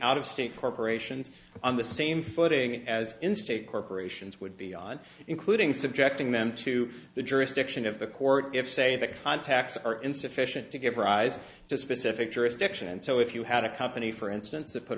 out of state corporations on the same footing as in state corporations would be on including subjecting them to the jurisdiction of the court if say that contacts are insufficient to give rise to specific jurisdiction and so if you had a company for instance that put